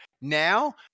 now